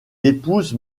épouse